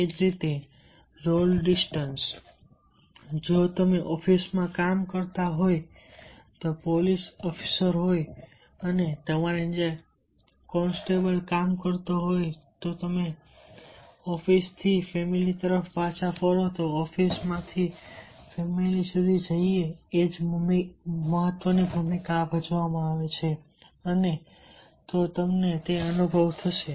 એ જ રીતે role distance જો તમે ઓફિસમાં કામ કરતા પોલીસ ઓફિસર હોઈએ અને તમારી નીચે કોન્સ્ટેબલો કામ કરતા હોય અને તમે ઓફિસથી ફેમિલી તરફ પાછા ફરો તો ઓફિસથી ફેમિલી સુધી એ જ ભૂમિકા ભજવવામાં આવે છે તો તમને તે અનુભવ થશે